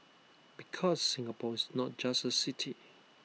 because Singapore is not just A city